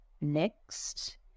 next